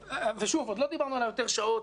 ועוד לא דיברנו על יותר שעות,